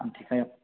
आमथेखायाव